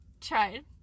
tried